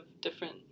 different